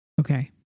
Okay